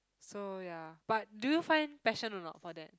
so ya but do you find passion or not for that